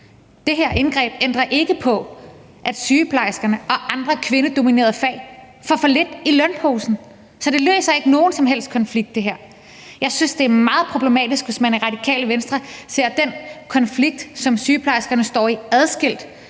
Det her indgreb ændrer ikke på, at sygeplejerskerne og andre kvindedominerede fag får for lidt i lønposen, så det her løser ikke nogen som helst konflikt. Jeg synes, det er meget problematisk, hvis man i Radikale Venstre ser den konflikt, som sygeplejerskerne står i, adskilt